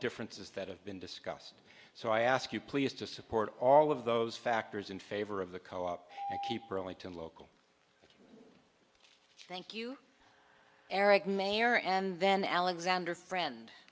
differences that have been discussed so i ask you please to support all of those factors in favor of the co op keep rolling to local thank you eric mayor and then alexander friend